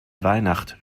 weihnacht